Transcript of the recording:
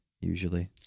usually